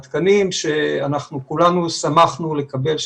התקנים שאנחנו כולנו שמחנו לקבל.